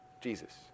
Jesus